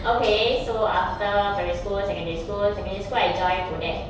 okay so after primary school secondary school secondary school I joined ODEC